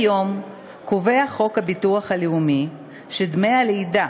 כיום קובע חוק הביטוח הלאומי שדמי הלידה